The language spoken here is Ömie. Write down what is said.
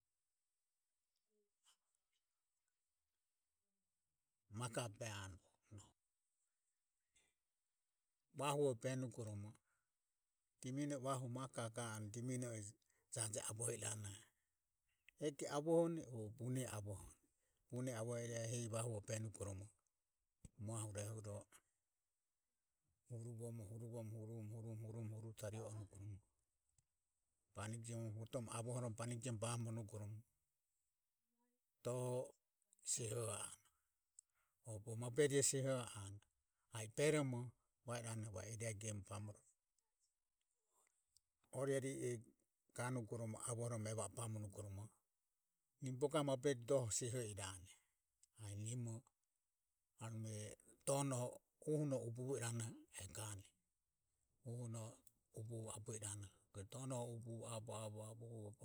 Makaho be anue vahuho benugoromo dimino e vahuho ga anue jaje avoho iranoho ege avohone o bune avohone, bune avoho i e e oho hesi vahuho beromo huruvoromo huruvoromo huruvoromo huruvo tari oromo banigi jiomoromo hotovoromo bamoromo donoho sioho anue. bogo maburero seho anueberomo va iranoho va o eria gemu bamoromo. Orari e ganugoromo e va o bamo nugoromo nimo bugavo doho seho irane a e nimo anume donoho ubuvo abue iranoho eho gane o donoho ubuvobe abue abue abue.